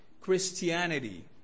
Christianity